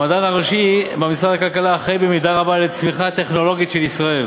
המדען הראשי במשרד הכלכלה אחראי במידה רבה לצמיחה הטכנולוגית של ישראל.